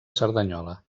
cerdanyola